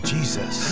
Jesus